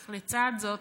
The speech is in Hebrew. אך לצד זאת